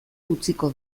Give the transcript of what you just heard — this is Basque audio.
utziko